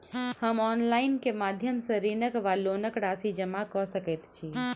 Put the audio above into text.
हम ऑनलाइन केँ माध्यम सँ ऋणक वा लोनक राशि जमा कऽ सकैत छी?